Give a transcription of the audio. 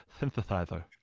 Synthesizer